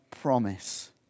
promise